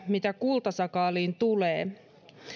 mitä kultasakaaliin tulee